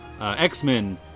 X-Men